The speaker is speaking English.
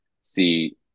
see